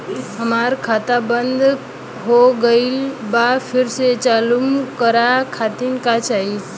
हमार खाता बंद हो गइल बा फिर से चालू करा खातिर का चाही?